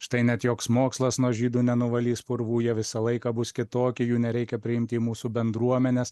štai net joks mokslas nuo žydų nenuvalys purvų jie visą laiką bus kitoki jų nereikia priimti į mūsų bendruomenes